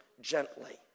gently